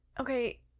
okay